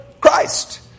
Christ